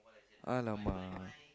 !alamak!